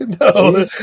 no